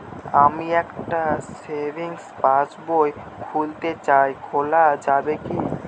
আমি একটি সেভিংস পাসবই খুলতে চাই খোলা যাবে কি?